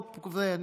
כן.